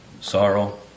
sorrow